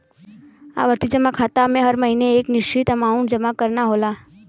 आवर्ती जमा खाता में हर महीने एक निश्चित अमांउट जमा करना होला